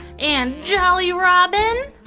and jolly robin,